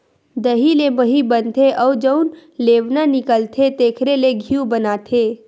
दही ले मही बनथे अउ जउन लेवना निकलथे तेखरे ले घींव बनाथे